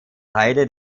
teile